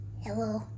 Hello